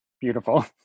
beautiful